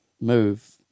move